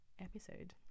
episode